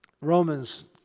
Romans